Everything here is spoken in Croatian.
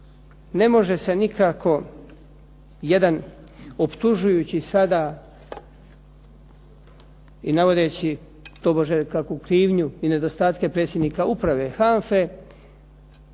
ne može se nikako jedan optužujući sada i navodeći tobože kako krivnju i nedostatke predsjednika Uprave HANFA-e